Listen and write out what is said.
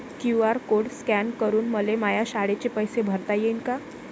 QR code scan करून मले माया शाळेचे पैसे भरता येईन का?